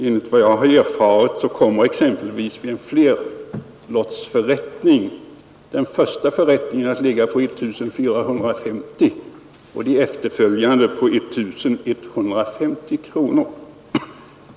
Enligt vad jag har erfarit kommer exempelvis vid en flerlottsförrättning den första förrättningen att ligga på 1 450 kronor och de följande på 1150 kronor.